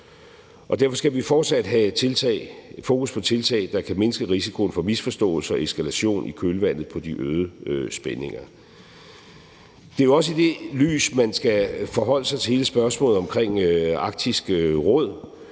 Derfor skal vi fortsat have fokus på tiltag, der kan mindske risikoen for misforståelser og eskalation i kølvandet på de øgede spændinger. Kl. 16:22 Det er jo også i det lys, man skal forholde sig til hele spørgsmålet omkring Arktisk Råd,